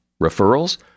Referrals